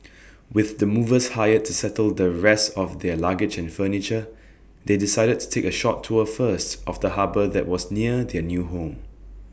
with the movers hired to settle the rest of their luggage and furniture they decided to take A short tour first of the harbour that was near their new home